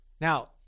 Now